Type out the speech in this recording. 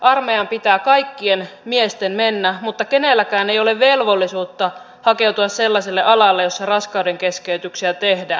armeijaan pitää kaikkien miesten mennä mutta kenelläkään ei ole velvollisuutta hakeutua sellaiselle alalle jolla raskaudenkeskeytyksiä tehdään